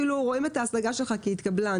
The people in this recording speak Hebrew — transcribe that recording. אפילו רואים את ההשגה שלך כהתקבלה.